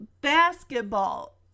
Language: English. basketball